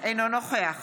אינו נוכח